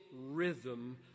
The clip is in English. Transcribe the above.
rhythm